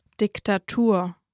Diktatur